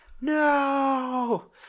no